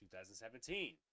2017